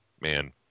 man